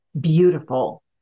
beautiful